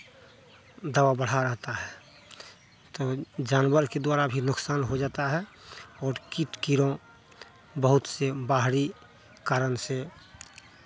दवाब बढ़ा रहता है तब जानवर के द्वारा भी नुकसान हो जाता है और कीट कीड़ों बहुत से बाहरी कारण से